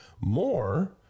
more